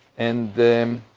and then,